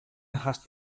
hast